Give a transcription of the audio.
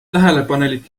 tähelepanelik